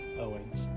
Owings